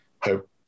hope